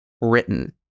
written